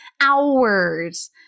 Hours